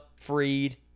Freed